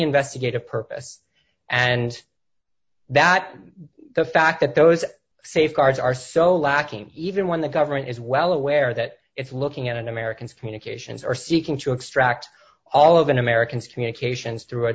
investigative purpose and that the fact that those safeguards are so lacking even when the government is well aware that it's looking at an american communications or seeking to extract all of an american screen occasions through a